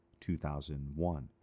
2001